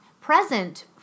present